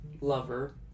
lover